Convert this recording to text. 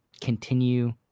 continue